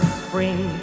spring